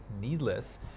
needless